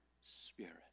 Spirit